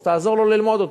אז תעזור לו ללמוד אותו.